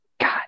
god